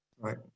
right